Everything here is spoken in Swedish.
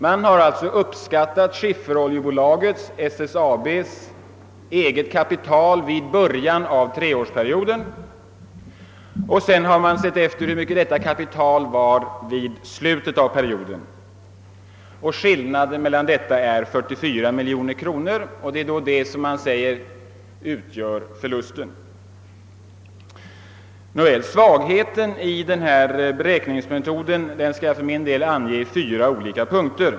Man har «uppskattat = Skifferoljebolagets, SSAB:s, eget kapital i början av treårsperioden och sedan sett efter hur stort det kapitalet var i slutet av perioden. Skillnaden däremellen är 44 miljoner kronor, vilket man säger utgör förlusten. Svagheten i denna beräkningsmetod skall jag här försöka ange i fyra punkter.